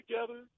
together